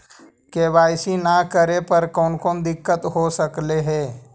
KYC न करे पर कौन कौन दिक्कत हो सकले हे?